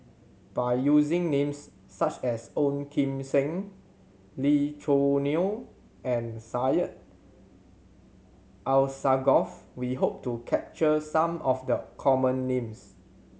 by using names such as Ong Kim Seng Lee Choo Neo and Syed Alsagoff we hope to capture some of the common names